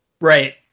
right